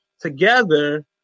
together